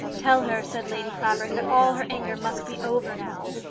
tell her, said lady clavering, that all her anger must be over now.